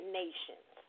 nations